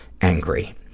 Angry